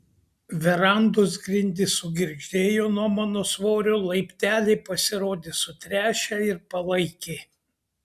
verandos grindys sugirgždėjo nuo mano svorio laipteliai pasirodė sutręšę ir palaikiai